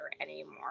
anymore